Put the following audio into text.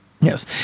Yes